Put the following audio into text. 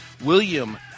William